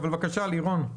אבל לירון,